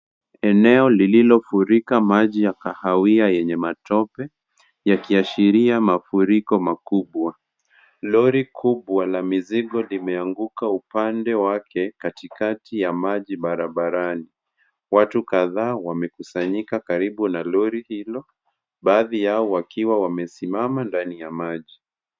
Eneo lililofurika maji ya kahawia yenye matope, yakiashiria mafuriko makubwa. Lori kubwa la mizigo limeanguka upande wake katikati ya maji barabarani. Watu kadhaa wamekusanyika karibu na lori hilo, baadhi yao wakiwa wamesimama ndani ya maji.